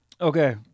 okay